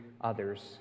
others